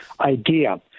idea